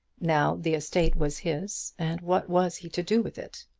now the estate was his, and what was he to do with it?